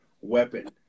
weapon